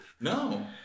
No